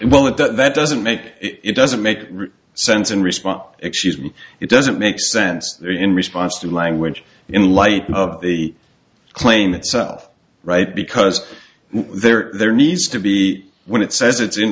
well and that that doesn't make it doesn't make sense in response excuse me it doesn't make sense there in response to language in light of the claim itself right because there there needs to be when it says it's in